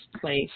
place